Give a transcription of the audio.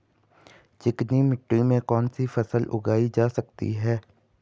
चिकनी मिट्टी में कौन सी फसल उगाई जा सकती है?